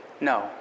No